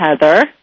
Heather